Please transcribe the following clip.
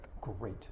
great